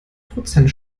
prozent